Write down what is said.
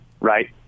right